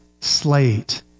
slate